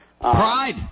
Pride